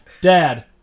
Dad